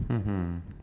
mmhmm